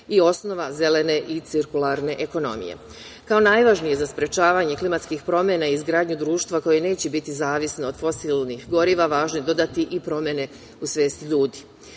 i osnova zelene i cirkularne ekonomije. Kao najvažnije za sprečavanje klimatskih promena i izgradnju društva koje neće biti zavisno od fosilnih goriva važno je dodati i promene u svesti ljudi. Zakon